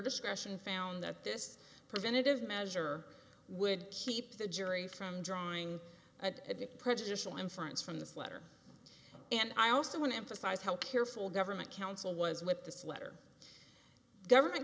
discretion found that this preventative measure would keep the jury from drawing a bit prejudicial inference from this letter and i also want to emphasize how careful government counsel was with this letter government